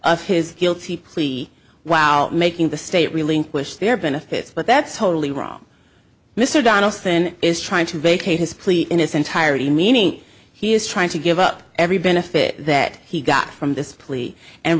of his guilty plea wow making the state relinquish their benefits but that's totally wrong mr donaldson is trying to vacate his plea in its entirety meaning he is trying to give up every benefit that he got from this plea and